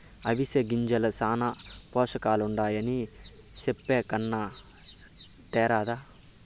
అవిసె గింజల్ల శానా పోసకాలుండాయని చెప్పే కన్నా తేరాదా